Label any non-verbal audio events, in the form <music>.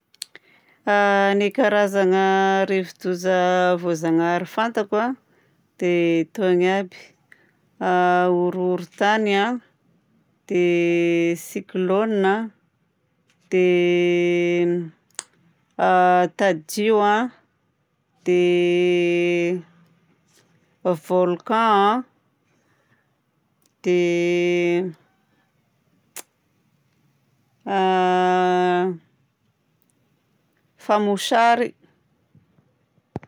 Ny karazagna rivo-doza voajanahary fantako a dia itony aby: horohorontany a, dia <hesitation> cyclone a, dia <hesitation> tadio a, dia <hesitation> volcan a, dia <hesitation> a <hesitation> famosary.